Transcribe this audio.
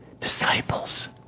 disciples